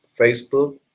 Facebook